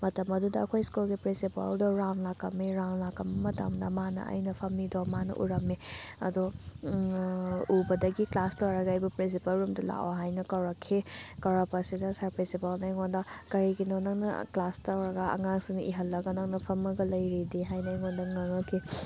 ꯃꯇꯝ ꯑꯗꯨꯗ ꯑꯩꯈꯣꯏ ꯁ꯭ꯀꯨꯜꯒꯤ ꯄ꯭ꯔꯤꯟꯁꯤꯄꯥꯜꯗꯨ ꯔꯥꯎꯟ ꯂꯥꯛꯂꯝꯃꯤ ꯔꯥꯎꯟ ꯂꯥꯛꯂꯝꯕ ꯃꯇꯝꯗ ꯃꯥꯅ ꯑꯩꯅ ꯐꯝꯃꯤꯗꯣ ꯃꯥꯅ ꯎꯔꯝꯃꯤ ꯑꯗꯣ ꯎꯕꯗꯒꯤ ꯀ꯭ꯂꯥꯁ ꯂꯣꯏꯔꯒ ꯑꯩꯕꯨ ꯄ꯭ꯔꯤꯟꯁꯤꯄꯥꯜ ꯔꯨꯝꯗ ꯂꯥꯛꯑꯣ ꯍꯥꯏꯅ ꯀꯧꯔꯛꯈꯤ ꯀꯧꯔꯛꯄꯁꯤꯗ ꯁꯥꯔ ꯄ꯭ꯔꯤꯟꯁꯤꯄꯥꯜꯅ ꯑꯩꯉꯣꯟꯗ ꯀꯔꯤꯒꯤꯅꯣ ꯅꯪꯅ ꯀ꯭ꯂꯥꯁ ꯇꯧꯔꯒ ꯑꯉꯥꯡꯁꯤꯡꯅ ꯏꯍꯜꯂꯒ ꯅꯪꯅ ꯐꯝꯃꯒ ꯂꯩꯔꯤꯗꯤ ꯍꯥꯏꯅ ꯑꯩꯉꯣꯟꯗ ꯉꯥꯡꯂꯛꯈꯤ